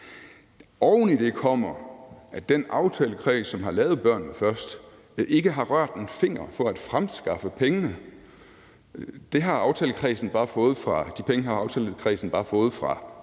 Oven i det kommer, at den aftalekreds, som har lavet aftalen om »Børnene Først«, ikke har rørt en finger for at fremskaffe pengene. De penge har aftalekredsen bare fået fra